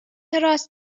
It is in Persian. راست